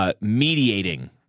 Mediating